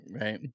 right